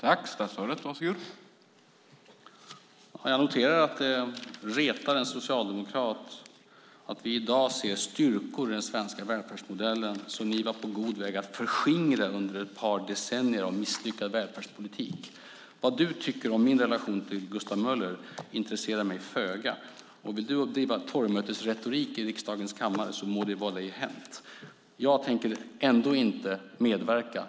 Herr talman! Jag noterar att det retar en socialdemokrat att vi i dag ser styrkor i den svenska välfärdsmodellen som ni var på god väg att förskingra under ett par decennier av misslyckad välfärdspolitik. Vad du, Peter Persson, tycker om min relation till Gustav Möller intresserar mig föga. Om du vill driva torgmötesretorik i riksdagens kammare må det vara hänt. Jag tänker ändå inte medverka.